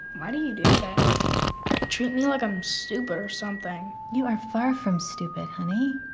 why do you do that? you treat me like i'm stupid or something. you are far from stupid, honey.